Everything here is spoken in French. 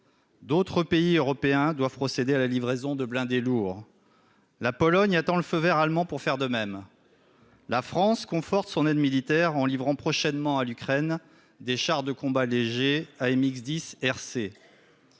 D'autres pays européens doivent procéder à la livraison de blindés lourds. La Pologne attend le feu vert allemand pour faire de même. La France conforte son aide militaire et livrera prochainement à l'Ukraine des chars de combat légers AMX-10 RC